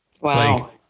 Wow